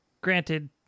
Granted